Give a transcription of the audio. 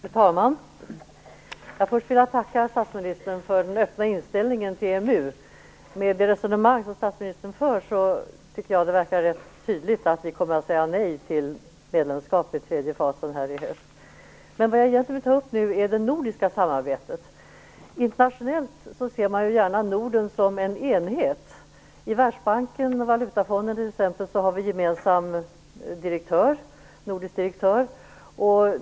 Fru talman! Först vill jag tacka statsministern för den öppna inställningen till EMU. Med det resonemang som statsministern för tycker jag att det verkar rätt tydligt att vi kommer att säga nej till medlemskap i tredje fasen nästa höst. Det jag vill ta upp nu är det nordiska samarbetet. Internationellt ser man gärna Norden som en enhet. I Världsbanken och Valutafonden, t.ex., har vi gemensam nordisk direktör.